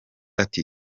ati